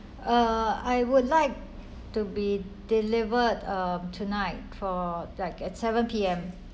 uh I would like to be delivered um tonight for like at seven P_M